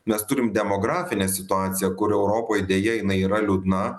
mes turim demografinę situaciją kuri europoj deja jinai yra liūdna